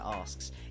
asks